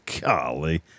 Golly